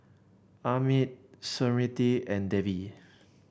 Amit Smriti and Devi